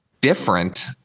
different